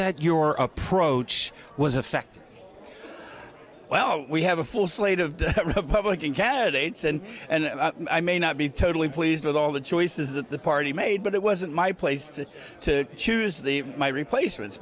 that your approach was affected well we have a full slate of republican candidates and i may not be totally pleased with all the choices that the party made but it wasn't my place to choose the my replacements